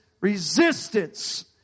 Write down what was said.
resistance